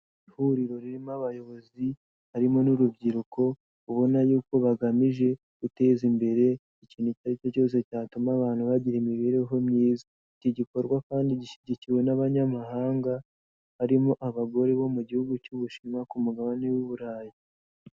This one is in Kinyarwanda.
Ihuriro ririmo abayobozi harimo n'urubyiruko ubona yuko bagamije guteza imbere ikintu icyo ari cyo cyose cyatuma abantu bagira imibereho myiza, iki gikorwa kandi gishyigikiwe n'abanyamahanga barimo abagore bo mu gihugu cy'Ubushinwa ku mugabane w'i Burayi.